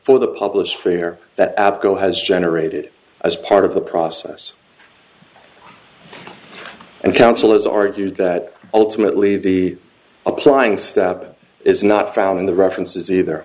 for the public sphere that apco has generated as part of the process and counsel has argued that ultimately the applying stab is not found in the references either